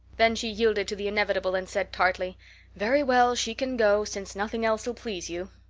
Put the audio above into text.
then she yielded to the inevitable and said tartly very well, she can go, since nothing else ll please you.